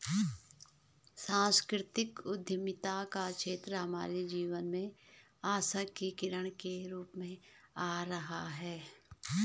सांस्कृतिक उद्यमिता का क्षेत्र हमारे जीवन में आशा की किरण के रूप में आ रहा है